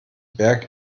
berg